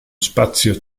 spazio